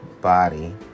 body